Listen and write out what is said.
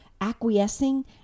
acquiescing